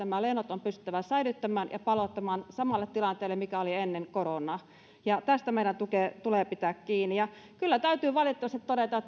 nämä lennot on pystyttävä säilyttämään ja palauttamaan samaan tilanteeseen mikä oli ennen koronaa tästä meidän tulee pitää kiinni ja kyllä täytyy valitettavasti todeta